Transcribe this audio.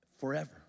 forever